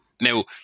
Now